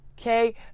okay